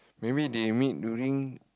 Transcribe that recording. maybe they meet during